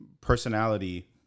personality